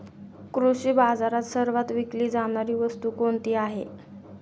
कृषी बाजारात सर्वात विकली जाणारी वस्तू कोणती आहे?